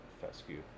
fescue